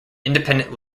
independent